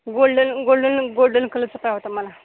golden golden golden कलरचा पाहिजे होता मला